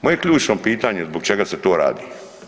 Moje ključno pitanje zbog čega se to radi?